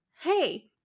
hey